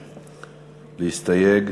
להסתייג,